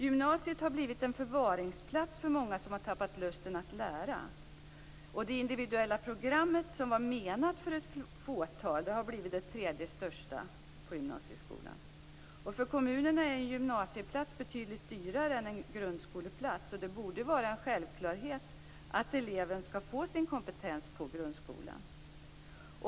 Gymnasiet har blivit en förvaringsplats för många som har tappat lusten att lära. Det individuella programmet som var menat för ett fåtal har blivit det tredje största på gymnasieskolan. För kommunerna är en gymnasieplats betydligt dyrare än en grundskoleplats. Det borde vara en självklarhet att eleven skall få sin kompetens på grundskolan.